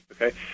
Okay